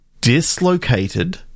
Dislocated